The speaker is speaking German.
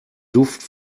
duft